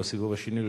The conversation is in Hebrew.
לשאול בסיבוב השני.